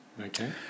Okay